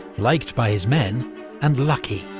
liked by his men and lucky.